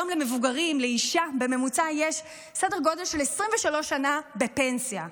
ולאישה בממוצע יש סדר גודל של 23 שנה בפנסיה.